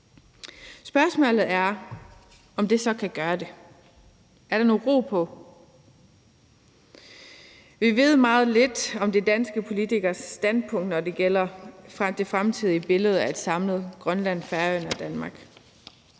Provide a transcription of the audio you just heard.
Spørgsmålet er, om det så kan gøre det. Er der ro på? Vi ved meget lidt om de danske politikeres standpunkt, når det gælder det fremtidige billede af et samlet Grønland, Færøerne og Danmark.